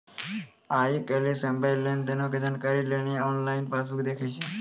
आइ काल्हि सभ्भे लेन देनो के जानकारी लेली आनलाइन पासबुक देखै छै